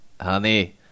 honey